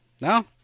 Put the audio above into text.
No